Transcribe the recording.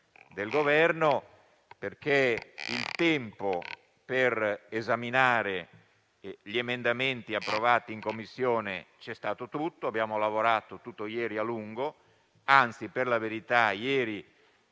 Grazie a tutti